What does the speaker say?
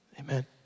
Amen